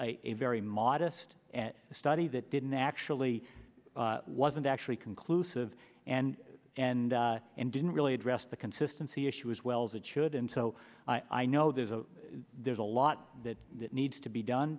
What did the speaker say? a very modest study that didn't actually wasn't actually conclusive and and and didn't really address the consistency issue as well as it should and so i know there's a there's a lot that needs to be done